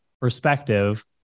perspective